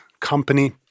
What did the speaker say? company